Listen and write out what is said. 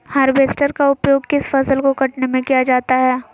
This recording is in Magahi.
हार्बेस्टर का उपयोग किस फसल को कटने में किया जाता है?